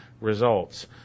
results